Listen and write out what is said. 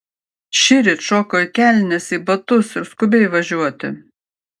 šįryt šoko į kelnes į batus ir skubiai važiuoti